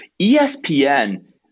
ESPN